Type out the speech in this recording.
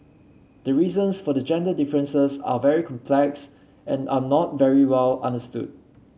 the reasons for the gender differences are very complex and are not very well understood